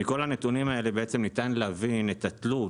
מכל הנתונים האלה ניתן להבין את התלות